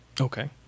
Okay